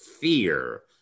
fear